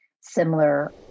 similar